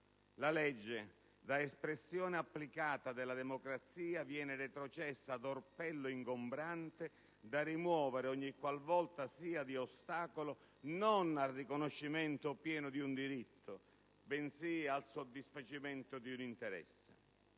La legge, da espressione applicata della democrazia, viene retrocessa ad orpello ingombrante da rimuovere ogni qual volta sia di ostacolo, non al riconoscimento pieno di un diritto bensì al soddisfacimento di un interesse.